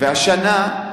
והשנה,